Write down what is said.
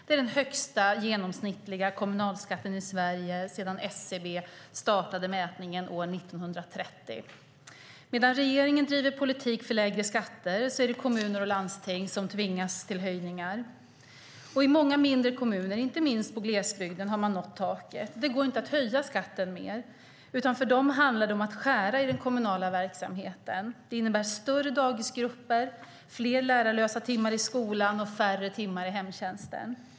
Det är den högsta genomsnittliga kommunalskatten i Sverige sedan SCB startade mätningen år 1930. Medan regeringen driver politik för lägre skatter är det kommuner och landsting som tvingas till höjningar. I många mindre kommuner, inte minst i glesbygden, har man nått taket. Det går inte att höja skatten mer. För dem handlar det om att skära i den kommunala verksamheten. Det innebär större dagisgrupper, fler lärarlösa timmar och färre timmar i hemtjänsten.